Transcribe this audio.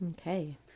Okay